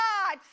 God